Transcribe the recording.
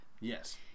Yes